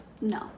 No